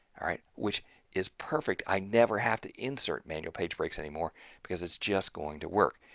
all right which is perfect i never have to insert manual page breaks anymore because it's just going to work.